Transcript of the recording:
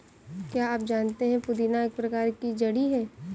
क्या आप जानते है पुदीना एक प्रकार की जड़ी है